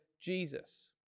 Jesus